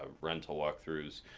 ah rental walk-throughs,